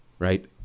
Right